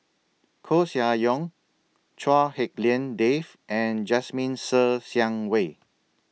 Koeh Sia Yong Chua Hak Lien Dave and Jasmine Ser Xiang Wei